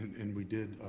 and we did,